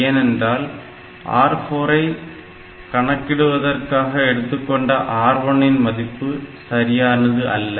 ஏனென்றால் R4 ஐ கணக்கிடுவதற்காக எடுத்துக்கொண்ட R1 இன் மதிப்பு சரியானது அல்ல